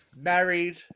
married